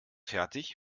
fertig